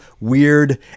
weird